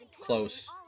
close